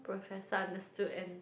professor understood and